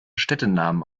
städtenamen